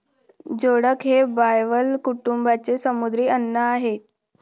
जोडक हे बायबल कुटुंबाचे समुद्री अन्न आहे